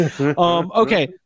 Okay